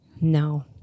No